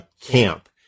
camp